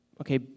okay